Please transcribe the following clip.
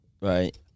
right